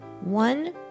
one